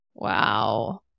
Wow